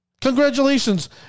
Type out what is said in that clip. Congratulations